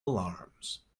alarms